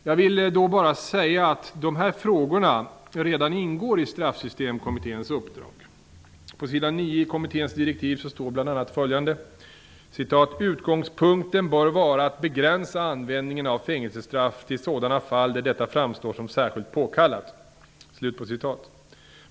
Jag vill då bara säga att de här frågorna redan ingår i På s. 9 i kommitténs direktiv står bl.a. följande: ''Utgångspunkten bör vara att begränsa användningen av fängelsestraff till sådana fall där detta framstår som särskilt påkallat.''